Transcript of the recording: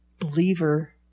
believer